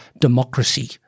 democracy